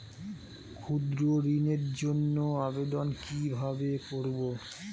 ক্ষুদ্র ঋণের জন্য আবেদন কিভাবে করব?